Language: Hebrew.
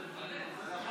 קראתי לך להציג את הצעת